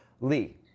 Lee